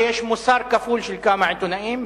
שיש מוסר כפול של כמה עיתונאים,